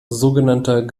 sogenannter